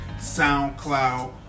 SoundCloud